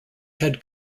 head